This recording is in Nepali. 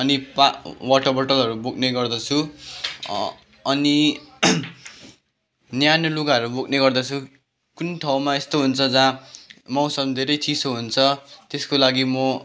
अनि पा वाटर बोटलहरू बोक्ने गर्दछु अनि न्यानो लुगाहरू बोक्ने गर्दछु कुन ठाउँमा यस्तो हुन्छ जहाँ मौसम धेरै चिसो हुन्छ त्यसको लागि म